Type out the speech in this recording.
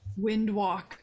Windwalk